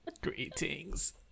greetings